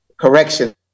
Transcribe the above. correction